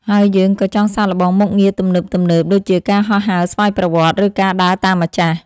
ហើយយើង ក៏ចង់សាកល្បងមុខងារទំនើបៗដូចជា ការហោះហើរស្វ័យប្រវត្តិ ឬការដើរតាមម្ចាស់។